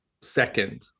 second